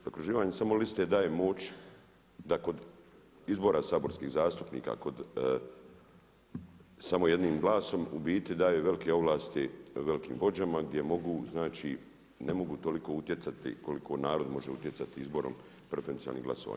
Zaokruživanje samo liste daje moć da kod izbora saborskih zastupnika, samo jednim glasom u biti daju velike ovlasti velikim vođama gdje mogu znači, ne mogu toliko utjecati koliko narod može utjecati izborom preferencijalnim glasovanjem.